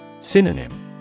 Synonym